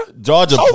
Georgia